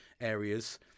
areas